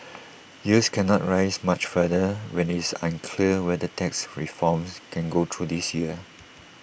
yields cannot rise much further when IT is unclear whether tax reforms can go through this year